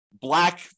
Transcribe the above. black